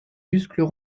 muscles